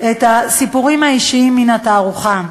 בסיפורים האישיים מן התערוכה,